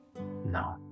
No